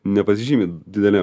nepasižymi didelėm